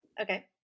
Okay